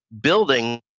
building